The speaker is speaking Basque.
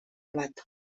bat